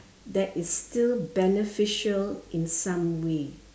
that is still beneficial in some way